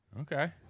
Okay